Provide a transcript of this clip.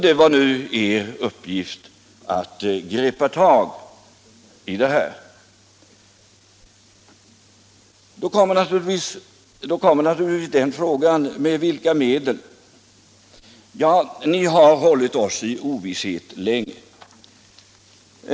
Det var nu er uppgift att greppa tag om detta. Då kommer naturligtvis frågan: Med vilka medel? Ja, ni har hållit oss i ovisshet länge.